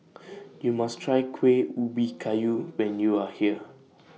YOU must Try Kueh Ubi Kayu when YOU Are here